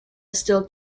still